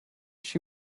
she